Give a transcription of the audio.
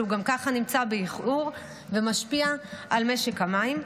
שהוא גם ככה נמצא באיחור, ומשפיע על משק המים.